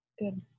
Good